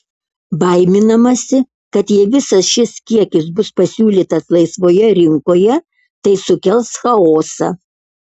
baiminamasi kad jei visas šis kiekis bus pasiūlytas laisvoje rinkoje tai sukels chaosą